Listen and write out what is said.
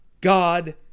God